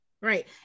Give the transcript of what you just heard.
right